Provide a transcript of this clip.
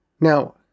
Now